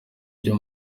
byo